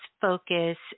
focus